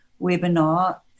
webinar